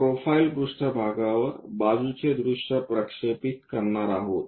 profile पृष्ठभागावर बाजूचे दृश्य प्रक्षेपित करणार आहोत